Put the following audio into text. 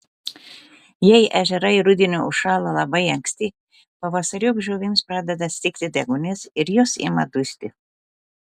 jei ežerai rudenį užšąla labai anksti pavasariop žuvims pradeda stigti deguonies ir jos ima dusti